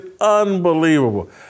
unbelievable